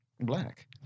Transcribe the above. Black